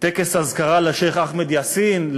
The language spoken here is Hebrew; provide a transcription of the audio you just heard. טקס אזכרה לשיח' אחמד יאסין,